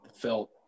felt